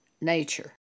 nature